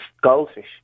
goldfish